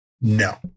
No